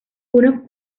unos